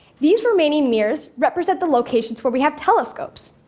these remaining mirrors represent the locations where we have telescopes.